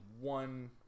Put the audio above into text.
one